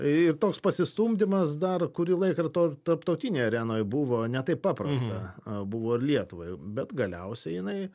ir toks pasistumdymas dar kurį laiką ir to tarptautinėj arenoj buvo ne taip paprasta buvo ir lietuvai bet galiausiai jinai